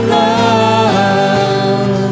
love